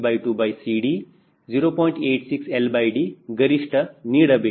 86 LD ಗರಿಷ್ಠ ನೀಡಬೇಕು